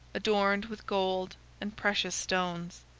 adorned with gold and precious stones.